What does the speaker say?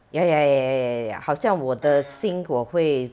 ya ya ya ya ya ya ya ya 好像我的 sink 我会